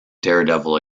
daredevil